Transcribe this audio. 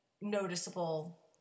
noticeable